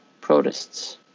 protists